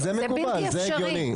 זה בלתי אפשרי.